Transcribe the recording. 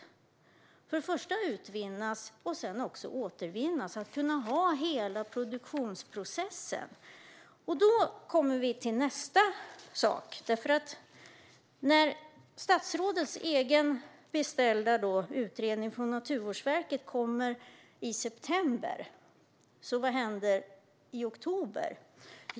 De måste först utvinnas och sedan återvinnas - hela produktionsprocessen. Då kommer vi till nästa fråga. När statsrådets egenbeställda utredning från Naturvårdsverket kommer i september är frågan vad som händer i oktober.